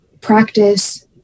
practice